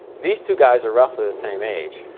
these two guys are roughly the same age.